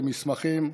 במסמכים.